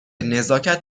نزاکت